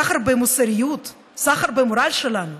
סחר במוסריות, סחר במורל שלנו.